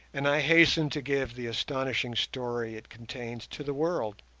and i hasten to give the astonishing story it contains to the world.